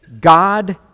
God